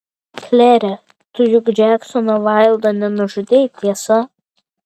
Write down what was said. klere tu juk džeksono vaildo nenužudei tiesa